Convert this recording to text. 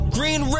Green